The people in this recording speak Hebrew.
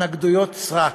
התנגדויות סרק,